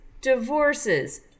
divorces